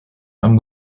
einem